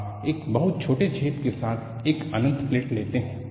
आप एक बहुत छोटे छेद के साथ एक अनंत प्लेट लेते हैं